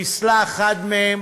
חיסלה אחד מהם,